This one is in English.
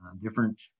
different